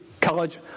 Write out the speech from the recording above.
College